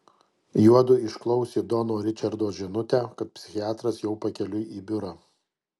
juodu išklausė dono ričardo žinutę kad psichiatras jau pakeliui į biurą